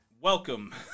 Welcome